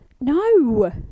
no